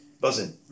Buzzing